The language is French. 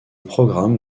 programme